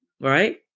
right